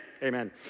Amen